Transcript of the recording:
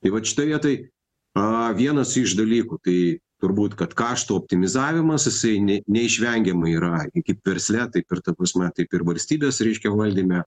tai vat šitoj vietoj vienas iš dalykų kai turbūt kad kaštų optimizavimas jisai ne neišvengiamai yra i kaip versle taip ir ta prasme taip ir valstybės reiškia valdyme